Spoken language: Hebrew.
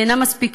הן אינן מספיקות,